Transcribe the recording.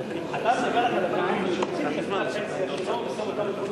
על אדם שהוציא את כספי הפנסיה שלו ושם אותם בחיסכון.